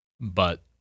But-